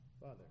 Father